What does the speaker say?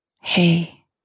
Hey